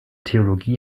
theologie